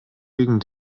gegen